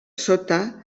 sota